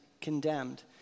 condemned